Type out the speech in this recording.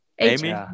Amy